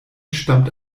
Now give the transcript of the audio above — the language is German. stammt